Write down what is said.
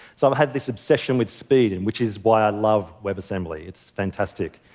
so i've had this obsession with speed, and which is why i love webassembly. it's fantastic.